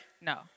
No